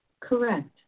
Correct